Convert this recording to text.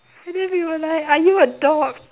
and then we were like are you a dog